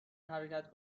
حرکت